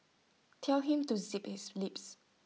tell him to zip his lips